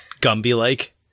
Gumby-like